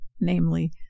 namely